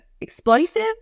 explosive